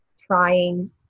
trying